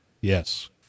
Yes